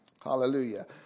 Hallelujah